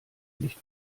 nicht